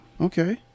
Okay